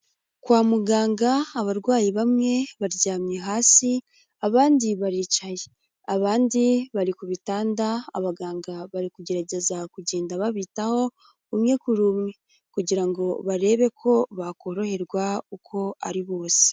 Kwa muganga abarwayi bamwe baryamye hasi, abandi baricaye, abandi bari ku bitanda abaganga bari kugerageza kugenda babitaho, umwe kuri umwe, kugira ngo barebe ko bakoroherwa uko ari bose.